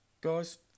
Guys